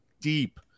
deep